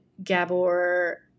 Gabor